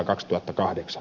herra puhemies